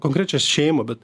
konkrečią šeimą bet